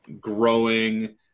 growing